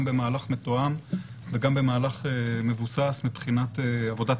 גם במהלך מתואם וגם במהלך מבוסס מבחינת עבודת